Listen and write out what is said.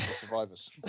Survivors